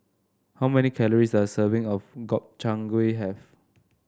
how many calories does a serving of Gobchang Gui have